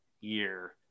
year